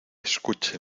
escuche